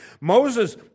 Moses